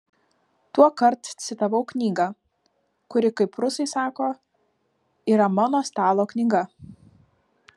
tuokart citavau knygą kuri kaip rusai sako yra mano stalo knyga